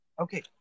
Okay